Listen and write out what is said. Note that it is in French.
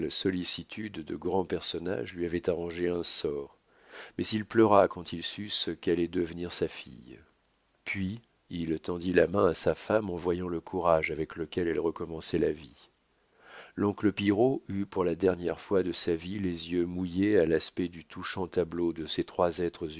sollicitude de grands personnages lui avaient arrangé un sort mais il pleura quand il sut ce qu'allait devenir sa fille puis il tendit la main à sa femme en voyant le courage avec lequel elle recommençait la vie l'oncle pillerault eut pour la dernière fois de sa vie les yeux mouillés à l'aspect du touchant tableau de ces trois êtres